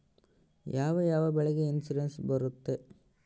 ಯಾವ ಯಾವ ಬೆಳೆಗೆ ಇನ್ಸುರೆನ್ಸ್ ಬರುತ್ತೆ?